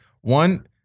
One